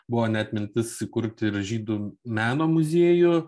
buvo net mintis įkurti ir žydų meno muziejų